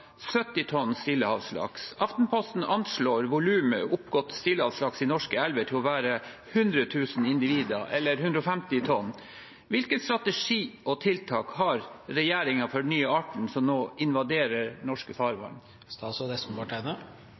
70 tonn stillehavslaks. Aftenposten anslår volumet oppgått stillehavslaks i norske elver til å være 100 000 individer, eller 150 tonn. Hvilken strategi og hvilke tiltak har regjeringen for den nye arten som nå invaderer norske farvann?»